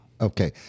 Okay